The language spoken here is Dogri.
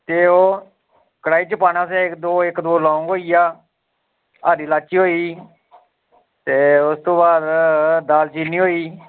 ते ओह कड़ाई च पानी तुसें दो इक दो लौंग होइया हरी लाची होई ते उस तों बाद दालचीनी होई